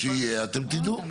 כשיהיה אתם תדעו.